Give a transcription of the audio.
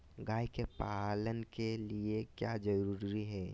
गाय के पालन के लिए क्या जरूरी है?